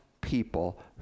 people